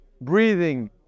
Breathing